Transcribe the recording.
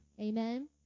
Amen